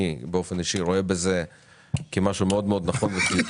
אני באופן אישי רואה בזה כמשהו מאוד נכון וחיובי,